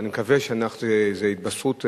ואני מקווה שזו התבשרות מוסמכת,